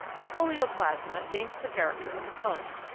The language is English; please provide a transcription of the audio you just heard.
the polioplasma gains the character of foam.